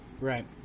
right